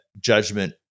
judgment